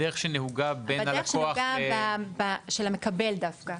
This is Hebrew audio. בדרך שנהוגה בין הלקוח --- בדרך שנהוגה של המקבל דווקא.